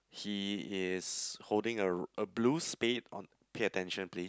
he is holding a a blue spade on pay attention please